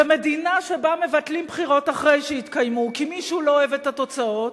ומדינה שבה מבטלים בחירות אחרי שהתקיימו כי מישהו לא אוהב את התוצאות,